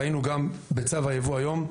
ראינו גם בצו הייבוא היום,